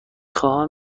خواهم